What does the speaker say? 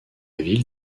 ville